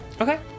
okay